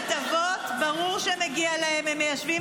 הטבות, זה דיאלוג?